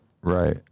Right